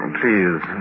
please